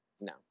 No